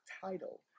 title